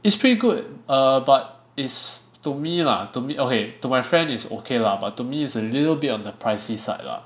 it's pretty good err but it's to me lah to me lah to my friend it's okay lah but to me it's a little bit on the pricey side lah